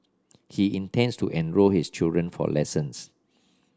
he intends to enrol his children for lessons